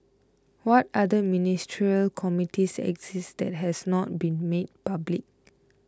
what other ministerial committees exist that has not been made public